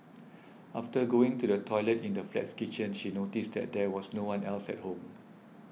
after going to the toilet in the flat's kitchen she noticed that there was no one else at home